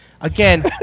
Again